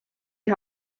die